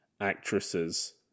actresses